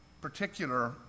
particular